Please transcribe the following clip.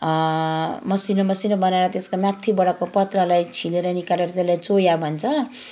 मसिनो मसिनो बनाएर त्यसको माथिबाटको पत्रालाई छिलेर निकालेर त्यसलाई चोया भन्छ